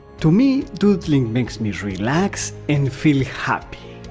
to me, doodling makes me relax and feel happy,